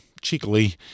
cheekily